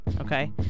okay